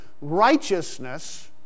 righteousness